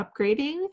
upgrading